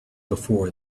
before